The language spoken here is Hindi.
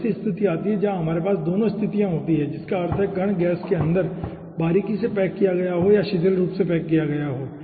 तो ऐसी स्थिति आती है जहां हमारे पास दोनों स्तिथियाँ होती हैं जिसका अर्थ है कि कण गैस के अंदर बारीकी से पैक किया गया है या शिथिल रूप से पैक किया गया है